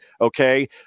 okay